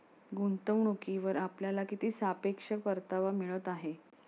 गुंतवणूकीवर आपल्याला किती सापेक्ष परतावा मिळत आहे?